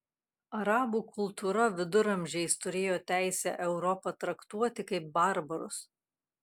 arabų kultūra viduramžiais turėjo teisę europą traktuoti kaip barbarus